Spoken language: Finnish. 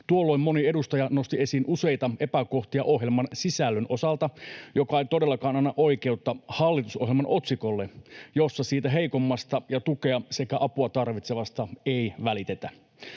Tuolloin moni edustaja nosti esiin useita epäkohtia ohjelman sisällön osalta, joka ei todellakaan anna oikeutta hallitusohjelman otsikolle, jossa siitä heikoimmasta ja tukea sekä apua tarvitsevasta ei välitetä.